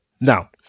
Now